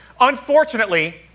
Unfortunately